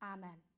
Amen